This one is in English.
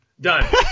Done